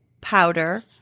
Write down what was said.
powder